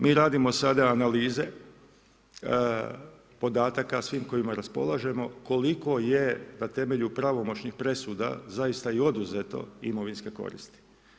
Mi radimo sada analize podataka svim kojima raspolažemo koliko je na temelju pravomoćnih presuda zaista i oduzeto imovinske koristi.